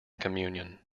communion